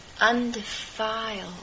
undefiled